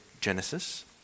Genesis